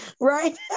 Right